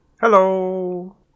Hello